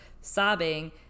sobbing